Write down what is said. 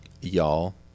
Y'all